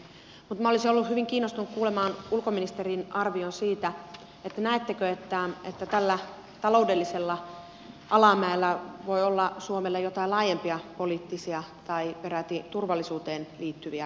mutta minä olisin ollut hyvin kiinnostunut kuulemaan ulkoministerin arvion siitä näettekö että tällä taloudellisella alamäellä voi olla suomelle jotain laajempia poliittisia tai peräti turvallisuuteen liittyviä vaikutuksia